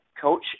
Coach